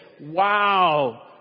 wow